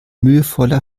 mühevoller